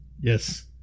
Yes